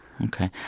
Okay